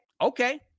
okay